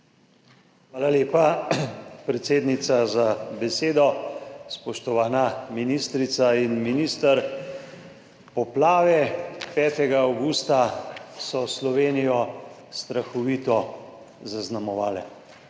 Hvala lepa, predsednica, za besedo. Spoštovana ministrica in minister! Poplave 5. avgusta so Slovenijo strahovito zaznamovale.